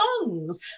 songs